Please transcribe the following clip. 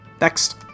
Next